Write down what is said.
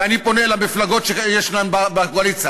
ואני פונה למפלגות בקואליציה,